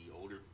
older